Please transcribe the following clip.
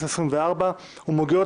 בפתח הדברים אומר לגבי סעיף ג' קביעת